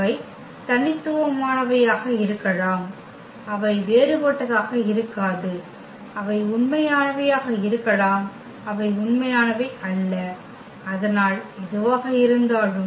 அவை தனித்துவமானவையாக இருக்கலாம் அவை வேறுபட்டதாக இருக்காது அவை உண்மையானவையாக இருக்கலாம் அவை உண்மையானவை அல்ல அதனால் எதுவாக இருந்தாலும்